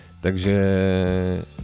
takže